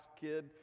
kid